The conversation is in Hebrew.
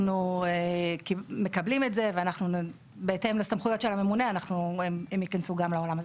אנחנו מקבלים את זה ובהתאם לסמכויות של הממונה הם ייכנסו גם לעולם הזה.